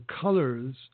colors